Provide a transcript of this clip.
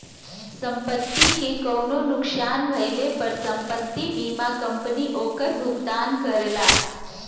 संपत्ति के कउनो नुकसान भइले पर संपत्ति बीमा कंपनी ओकर भुगतान करला